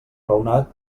raonat